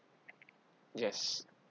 yes